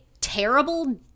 terrible